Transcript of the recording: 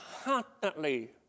constantly